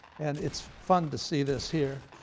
and it's fun to see this here,